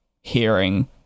hearing